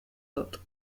dut